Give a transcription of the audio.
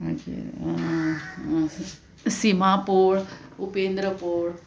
मागीर सिमा पोळ उपेंद्र पोळ